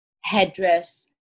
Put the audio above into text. headdress